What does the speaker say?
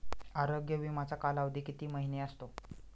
आरोग्य विमाचा कालावधी किती महिने असतो?